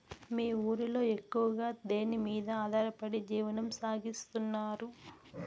మీ ఊరిలో ఎక్కువగా దేనిమీద ఆధారపడి జీవనం సాగిస్తున్నారు?